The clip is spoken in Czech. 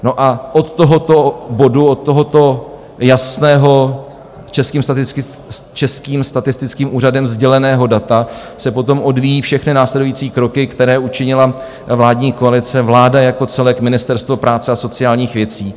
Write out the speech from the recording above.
No a od tohoto bodu, od tohoto jasného, Českým statistickým úřadem sděleného data se potom odvíjejí všechny následující kroky, které učinila vládní koalice, vláda jako celek, Ministerstvo práce a sociálních věcí.